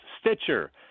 Stitcher